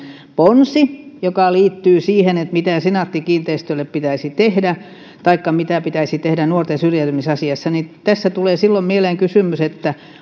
ponsi joka liittyy siihen mitä senaatti kiinteistölle pitäisi tehdä tai mitä pitäisi tehdä nuorten syrjäytymisasiassa tässä tulee mieleen kysymys